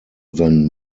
than